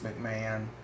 McMahon